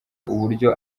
uburyo